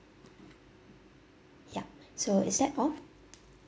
yup so is that all